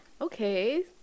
Okay